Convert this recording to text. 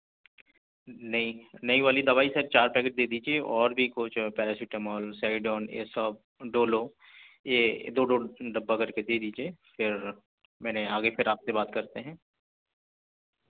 نہیں ںئی والی دوائی سر چار پیکٹ دے دیجیے اور بھی کچھ پیراسیٹمال سڈون یہ سب ڈولو یہ دو دو ڈبہ کر کے دے دیجیے پھر میں نے آگے پھر آپ سے بات کرتے ہیں